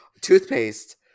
Toothpaste